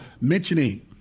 mentioning